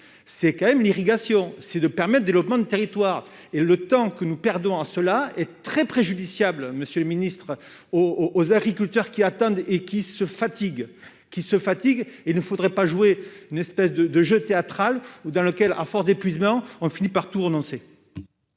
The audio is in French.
c'est quand même l'irrigation si de permettent de logements de territoire et le temps que nous perdons à cela est très préjudiciable, monsieur le ministre, au aux agriculteurs qui attendent et qui se fatigue qui se fatiguent et ne faudrait pas joué une espèce de de jeu théâtral ou dans lequel, à force d'épuisement, on finit par tout renoncé.